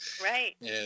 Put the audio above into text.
Right